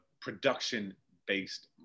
production-based